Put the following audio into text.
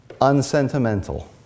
Unsentimental